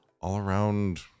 all-around